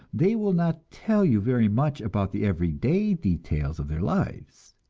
they will not tell you very much about the everyday details of their lives.